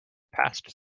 passed